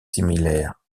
similaires